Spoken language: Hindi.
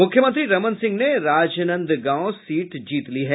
मुख्यमंत्री रमन सिंह ने राजनांदगांव सीट जीत ली है